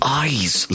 eyes